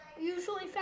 usually